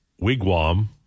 Wigwam